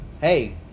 hey